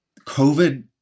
COVID